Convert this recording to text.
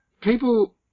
People